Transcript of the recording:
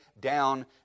down